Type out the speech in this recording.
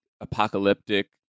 apocalyptic